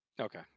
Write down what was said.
Okay